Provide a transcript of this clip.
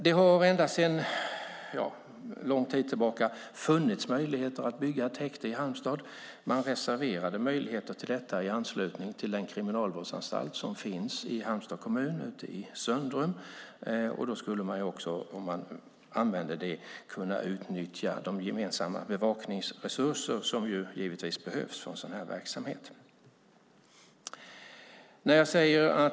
Det har sedan lång tid tillbaka funnits möjligheter att bygga ett häkte i Halmstad. Man reserverade möjligheter till detta i anslutning till den kriminalvårdsanstalt som finns i Halmstads kommun ute i Söndrum. Om man byggde ett häkte där skulle man också kunna utnyttja möjligheten till gemensamma bevakningsresurser, vilket givetvis behövs för en sådan här verksamhet.